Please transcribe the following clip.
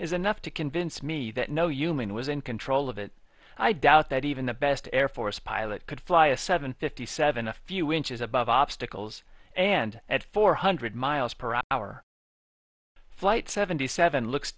is enough to convince me that no human was in control of it i doubt that even the best air force pilot could fly a seven fifty seven a few inches above obstacles and at four hundred miles per hour flight seven